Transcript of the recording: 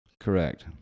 Correct